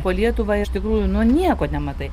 po lietuvą iš tikrųjų nu nieko nematai